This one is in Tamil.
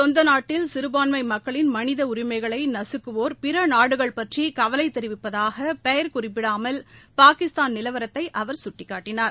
சொந்தநாட்டில் சிறுபான்மை மக்களின் மனித உரிமைகளை நகக்குவோர் பிறநாடுகள் பற்றி கவலை தெரிவிப்பதாக பெயர் குறிப்பிடாமல் பாகிஸ்தான் நிலவரத்தை அவர் கட்டிக்காட்டினார்